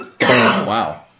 Wow